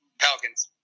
Pelicans